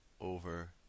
over